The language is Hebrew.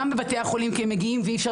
גם בבתי החולים שהם מגיעים ואי אפשר